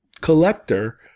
collector